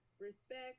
respect